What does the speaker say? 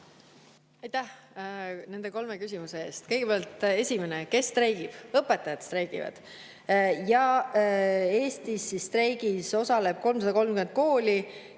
Aitäh nende kolme küsimuse eest! Kõigepealt esimene: kes streigib? Õpetajad streigivad. Eestis osaleb streigis 330 kooli